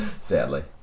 sadly